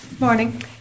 Morning